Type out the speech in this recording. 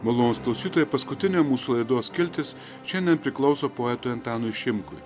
malonūs klausytojai paskutinė mūsų laidos skiltis šiandien priklauso poetui antanui šimkui